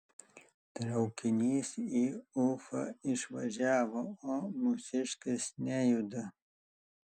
traukinys į ufą išvažiavo o mūsiškis nejuda